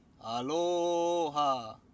aloha